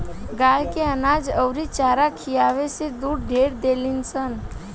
गाय के अनाज अउरी चारा खियावे से दूध ढेर देलीसन